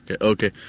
Okay